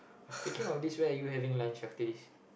speaking of this right you having lunch after this